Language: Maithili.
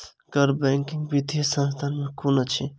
गैर बैंकिंग वित्तीय संस्था केँ कुन अछि?